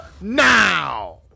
now